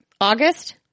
August